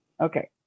Okay